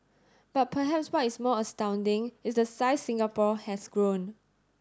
but perhaps what is more astounding is the size Singapore has grown